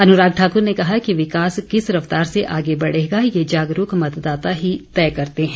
अनुराग ठाकुर ने कहा कि विकास किस रफ्तार से आगे बढ़ेगा ये जागरूक मतदाता ही तय करते हैं